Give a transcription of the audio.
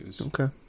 Okay